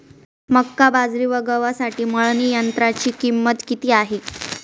मका, बाजरी व गव्हासाठी मळणी यंत्राची किंमत किती आहे?